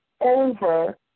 over